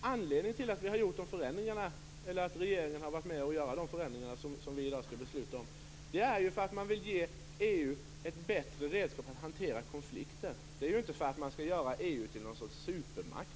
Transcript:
Anledningen till att regeringen har varit med och gjort de förändringar som vi i dag skall besluta om är att man vill göra EU till ett bättre redskap att hantera internationella konflikter - inte att man vill göra EU till någon sorts supermakt.